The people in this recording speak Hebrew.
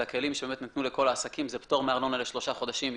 זה הכלים שבאמת נתנו לכל העסקים זה פטור מארנונה לשלושה חודשים.